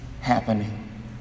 happening